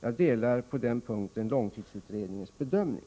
Jag delar på den punkten långtidsutredningens bedömning.